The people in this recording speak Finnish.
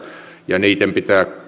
ja joiden pitää